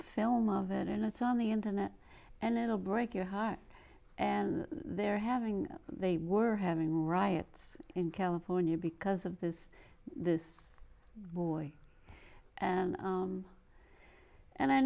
film of it and it's on the internet and it'll break your heart and they're having they were having riots in california because of this this boy and and i